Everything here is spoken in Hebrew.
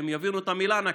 שיבינו את המילה נכבה.